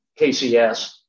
KCS